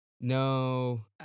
No